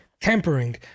tampering